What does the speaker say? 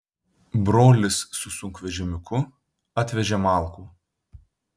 brolis su sunkvežimiuku atvežė malkų